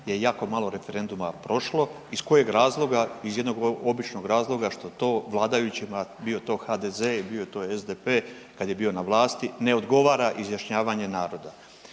je jako malo referenduma prošlo. Iz kojeg razloga? Iz jednog običnog razloga što to vladajućima bio to HDZ ili bio to SDP kad je bio na vlasti ne odgovara izjašnjavanje naroda.